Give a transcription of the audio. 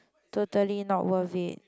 totally not worth it